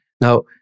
Now